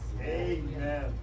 Amen